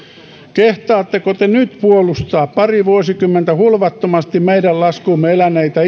kehtaatteko te nyt puolustaa pari vuosikymmentä hulvattomasti meidän laskuumme eläneitä